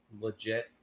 legit